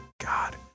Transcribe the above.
God